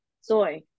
soy